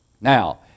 Now